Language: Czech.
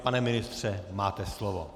Pane ministře, máte slovo.